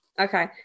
Okay